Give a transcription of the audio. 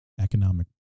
economic